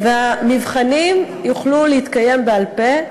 והמבחנים יוכלו להתקיים בעל-פה.